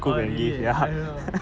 oh really I don't know